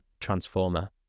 transformer